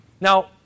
Now